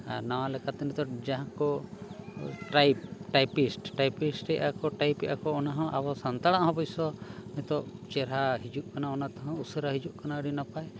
ᱟᱨ ᱱᱟᱣᱟ ᱞᱮᱠᱟᱛᱮ ᱱᱤᱛᱚᱜ ᱡᱟᱦᱟᱸ ᱠᱚ ᱴᱟᱭᱤᱯ ᱴᱟᱭᱤᱯᱤᱥᱴ ᱴᱟᱭᱤᱯᱤᱥᱴᱮᱫᱼᱟᱠᱚ ᱴᱟᱭᱤᱯ ᱮᱫᱟ ᱠᱚ ᱚᱱᱟ ᱦᱚᱸ ᱟᱵᱚ ᱥᱟᱱᱛᱟᱲᱟᱜ ᱦᱚᱸ ᱚᱵᱚᱥᱥᱚ ᱱᱤᱛᱚᱜ ᱪᱮᱦᱨᱟ ᱦᱤᱡᱩᱜ ᱠᱟᱱᱟ ᱚᱱᱟ ᱛᱮᱦᱚᱸ ᱩᱥᱟᱹᱨᱟ ᱦᱤᱡᱩᱜ ᱠᱟᱱᱟ ᱟᱹᱰᱤ ᱱᱟᱯᱟᱭ